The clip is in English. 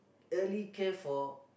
early care for